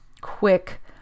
quick